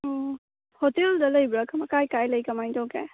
ꯑꯣ ꯍꯣꯇꯦꯜꯗ ꯂꯩꯕ꯭ꯔꯥ ꯀꯗꯥꯏ ꯀꯗꯥꯏ ꯂꯩ ꯀꯃꯥꯏꯅ ꯇꯧꯒꯦ